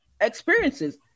experiences